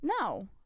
No